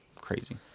Crazy